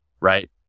right